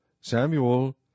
Samuel